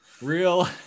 Real